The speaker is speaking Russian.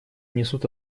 несут